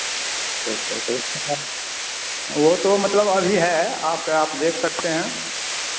अच्छा अच्छा तो उसमें हम वह तो मतलब अभी है आप देख सकते हैं